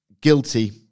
guilty